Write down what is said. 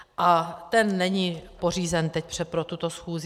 A ten není pořízen teď pro tuto schůzi.